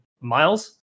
miles